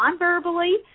nonverbally